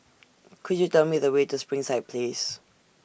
Could YOU Tell Me The Way to Springside Place